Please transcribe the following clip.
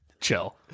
Chill